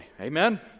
Amen